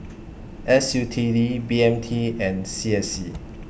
S U T D B M T and C S C